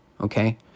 Okay